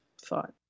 thought